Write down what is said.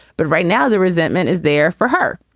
but right now, the resentment is there for her,